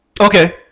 Okay